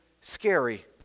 scary